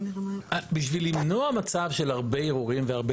בשביל למנוע מצב של הרבה ערעורים והרבה